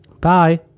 Bye